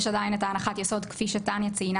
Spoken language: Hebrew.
יש עדיין את ההנחת ייסוד כפי שתניה ציינה